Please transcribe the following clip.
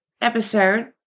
episode